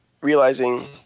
realizing